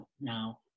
now